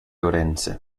ourense